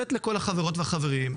ולאותת לכל החברות והחברים,